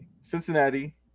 Cincinnati